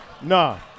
No